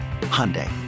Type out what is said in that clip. Hyundai